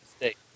mistake